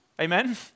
Amen